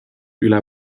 üle